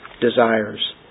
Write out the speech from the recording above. desires